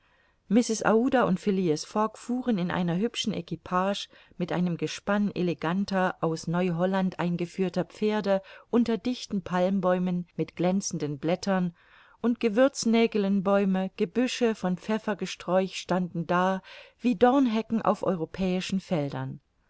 aouda und phileas fogg fuhren in einer hübschen equipage mit einem gespann eleganter aus neu holland eingeführter pferde unter dichten palmbäumen mit glänzenden blättern und gewürznägelenbäume gebüsche von pfeffergesträuch standen da wie dornhecken auf europäischen feldern